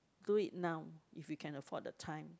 do it now if you can afford the time